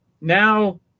now